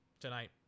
tonight